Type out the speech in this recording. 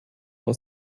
aus